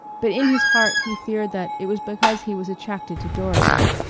but in his heart he feared that it was because he was attracted to dorothy.